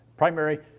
primary